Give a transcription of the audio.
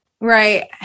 Right